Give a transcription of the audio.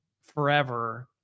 forever